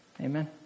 Amen